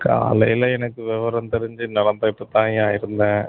காலையில் எனக்கு விவரம் தெரிஞ்சு நடந்துகிட்டுதான்யா இருந்தேன்